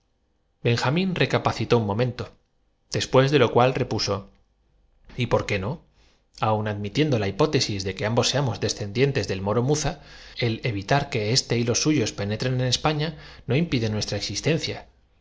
benjamín recapacitó un momento después de lo cual repuso y por qué no aun admitiendo la hipótesis de que ambos seamos descendientes del moro muza el evitar que éste y los suyos penetren en españa no im pide nuestra existencia